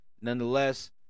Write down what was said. Nonetheless